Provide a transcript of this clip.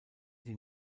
die